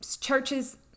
churches